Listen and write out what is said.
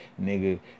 nigga